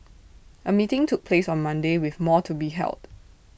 A meeting took place on Monday with more to be held